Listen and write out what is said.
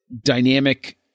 dynamic